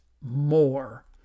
more